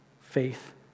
Faith